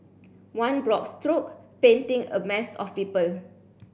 one broad stroke painting a mass of people